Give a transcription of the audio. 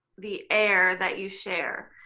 the air that you share.